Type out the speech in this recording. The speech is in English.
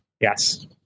Yes